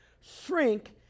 shrink